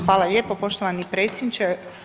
Hvala lijepa poštovani predsjedniče.